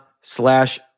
slash